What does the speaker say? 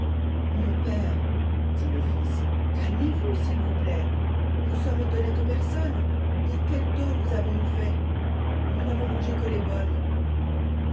mon père dit le fils calmez-vous s'il vous plaît nous sommes d'honnêtes personnes et quel tort vous avons-nous fait nous n'avons mangé que les bonnes